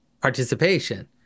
participation